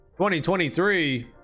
2023